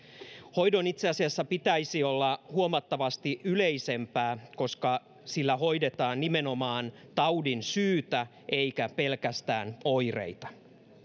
hoidon itse asiassa pitäisi olla huomattavasti yleisempää koska sillä hoidetaan nimenomaan taudin syytä eikä pelkästään oireita